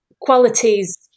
qualities